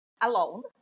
alone